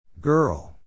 girl